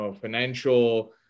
financial